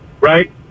right